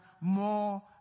more